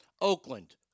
Oakland